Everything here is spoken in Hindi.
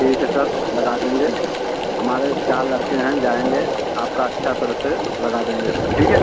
ठीक है सर लगा देंगे हमारे चार लड़के हैं जाएँगे आपका अच्छी तरह से लगा देंगे ठीक है